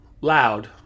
Loud